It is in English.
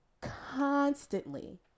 constantly